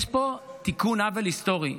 תקשיבו, יש פה תיקון עוול היסטורי.